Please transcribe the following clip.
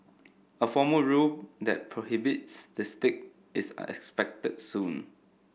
a formal rule that prohibits the stick is are expected soon